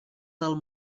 del